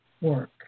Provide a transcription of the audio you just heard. work